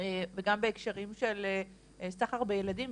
וגם בהקשרים של סחר בילדים,